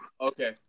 Okay